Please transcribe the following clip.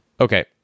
Okay